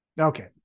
Okay